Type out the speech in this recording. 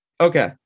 Okay